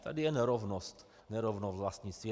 Tady je nerovnost, nerovnost vlastnictví.